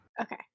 Okay